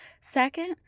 second